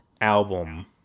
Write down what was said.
album